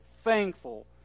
Thankful